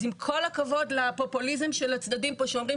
אז עם כל הכבוד לפופוליזם של הצדדים פה שאומרים